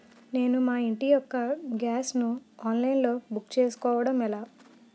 నేను మా ఇంటి యెక్క గ్యాస్ ను ఆన్లైన్ లో బుక్ చేసుకోవడం ఎలా?